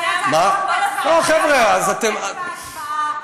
הבעיה היא הקונטקסט וההשוואה.